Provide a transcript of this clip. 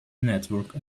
network